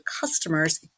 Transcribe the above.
Customers